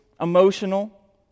emotional